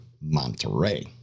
Monterey